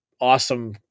awesome